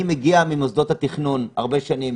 אני מגיע ממוסדות התכנון הרבה שנים